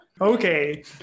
okay